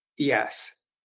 Yes